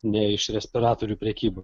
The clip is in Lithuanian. ne iš respiratorių prekyba